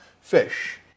fish